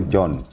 John